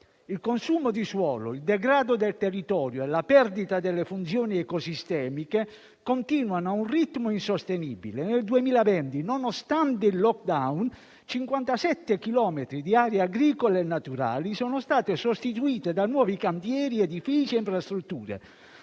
il consumo di suolo, il degrado del territorio e la perdita delle funzioni ecosistemiche continuano a un ritmo insostenibile e, nel 2020, nonostante il *lockdown*, 57 chilometri quadrati di aree agricole e naturali sono state sostituite da nuovi cantieri, edifici e infrastrutture,